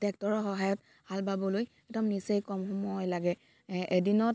ট্ৰেক্টৰৰ সহায়ত হাল বাবলৈ একদম নিচেই কম সময় লাগে এদিনত